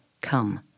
Come